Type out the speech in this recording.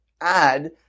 add